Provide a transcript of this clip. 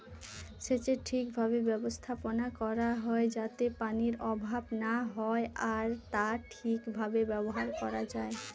সেচের ঠিক ভাবে ব্যবস্থাপনা করা হয় যাতে পানির অভাব না হয় আর তা ঠিক ভাবে ব্যবহার করা হয়